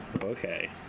Okay